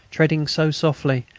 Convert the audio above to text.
treading so softly,